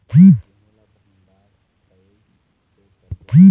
गेहूं ला भंडार कई से करबो?